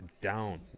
down